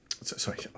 Sorry